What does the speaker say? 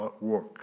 work